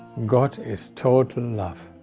god is total love,